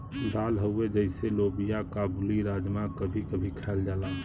दाल हउवे जइसे लोबिआ काबुली, राजमा कभी कभी खायल जाला